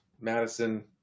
Madison